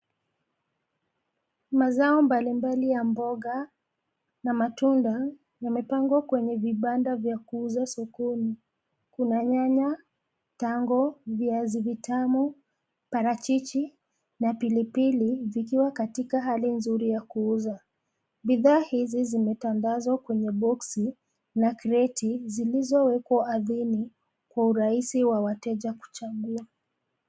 Mazao mbalimbali ya mboga na matunda, imepangwa kwenye vibanda vya kuuza sokoni. Kuna nyanya ,tango, viazi vitamu, parachichi na pilipili zikiwa katika hali nzuri ya kuuza. Bidhaa hizi zimetandazwa kwenye(cs)box(cs) na kreti zilizowekwa ardhini kwa urahisi wa wateja kuchagua.